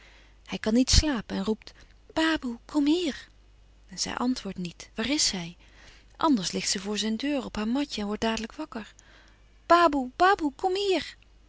hij kan niet slapen en roept baboe kom hier zij antwoordt niet waar is zij anders ligt ze voor zijn deur op haar matje en wordt dadelijk wakker baboe baboe kom hier